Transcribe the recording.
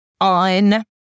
on